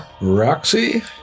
Roxy